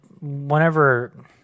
whenever